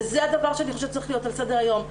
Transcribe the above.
וזה הדבר שאני חושבת שצריך להיות על סדר היום.